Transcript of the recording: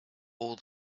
all